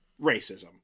racism